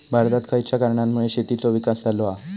भारतात खयच्या कारणांमुळे शेतीचो विकास झालो हा?